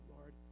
Lord